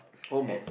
almost